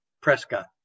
Prescott